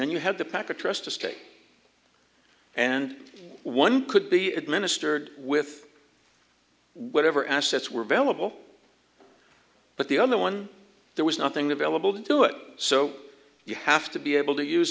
estate and one could be administered with whatever assets were valuable but the other one there was nothing available to do it so you have to be able to use